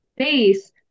space